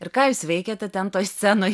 ir ką jūs veikiate ten toj scenoj